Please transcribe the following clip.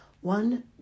One